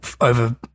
over